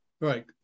Right